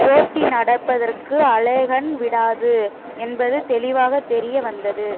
போட்டி நடப்பதற்கு அலேகைன் விடாது என்பது தெளிவாகத் தெரிய வந்தது